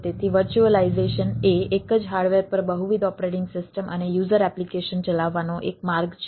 તેથી વર્ચ્યુઅલાઈઝેશન એ એક જ હાર્ડવેર પર બહુવિધ ઓપરેટિંગ સિસ્ટમ અને યુઝર એપ્લિકેશન ચલાવવાનો એક માર્ગ છે